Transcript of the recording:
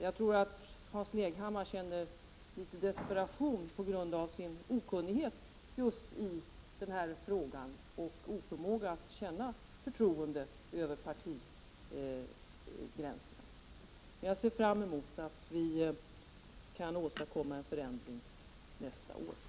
Jag tror att Hans Leghammar känner litet desperation på grund av sin okunnighet just i denna fråga och oförmåga att känna förtroende över partigränserna. Jag ser fram emot att vi kan åstadkomma en förändring nästa år.